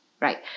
Right